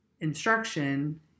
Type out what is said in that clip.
instruction